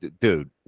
dude